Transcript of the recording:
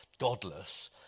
godless